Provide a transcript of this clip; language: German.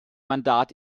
mandat